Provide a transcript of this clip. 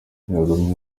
yagumye